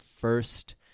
first